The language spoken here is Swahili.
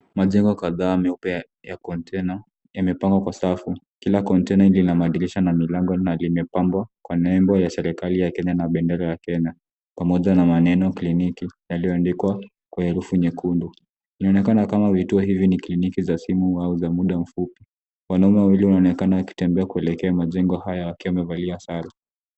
Majengo kadhaa meupe ya kontena yamepangwa kwa safu. Kila kontena lina madirisha na milango na limepambwa kwa nembo ya serikali ya Kenya na bendera ya Kenya, pamoja na maneno kliniki, yaliyoandikwa kwa herufi nyekundu. Inaonekana kama vituo hivi ni kliniki za simu au za muda mfupi. Wanaume wawili wanaonekana wakitembea kuelekea majengo haya wakiwa wamevalia sare.